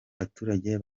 baturage